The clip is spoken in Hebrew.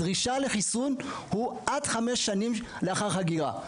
הדרישה לחיסון היא עד חמש שנים לאחר ההגירה.